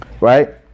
right